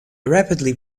rapidly